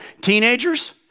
Teenagers